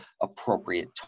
appropriate